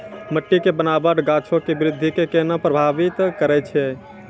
मट्टी के बनावट गाछो के वृद्धि के केना प्रभावित करै छै?